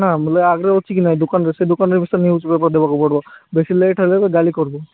ବୋଲେ ଆଗରେ ଅଛି କି ନାଇଁ ଦୋକାନରେ ସେ ଦୋକାନରେ ଏବେ ସେ ନ୍ୟୁଜ୍ ପେପର୍ ଦେବାକୁ ପଡ଼ିବ ବେଶି ଲେଟ୍ ହେଲେ ସେ ଗାଳି କରବ